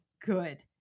good